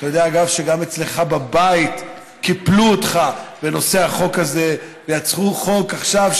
אתה יודע שגם אצלך בבית קיפלו אותך בנושא החוק הזה ויצרו חוק עכשיו,